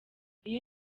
iyi